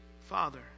Father